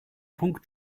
punkt